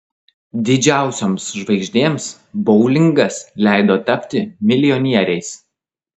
didžiausioms žvaigždėms boulingas leido tapti milijonieriais